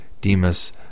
Demas